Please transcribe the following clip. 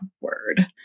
word